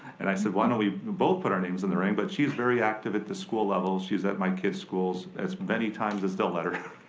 and i said, why don't we both put our names in the ring. but she's very active at the school level. she's at my kid's schools as many times as they'll let her.